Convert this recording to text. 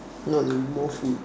no it'll be more food